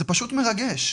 זה פשוט מרגש.